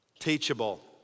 teachable